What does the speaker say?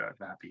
happy